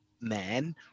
man